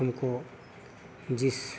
हमको जिस